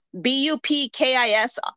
b-u-p-k-i-s